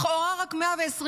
לכאורה רק 120 ימים,